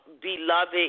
Beloved